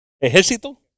¿Ejército